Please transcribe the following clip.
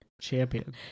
Champion